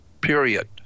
Period